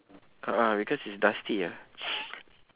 a'ah because it's dusty ah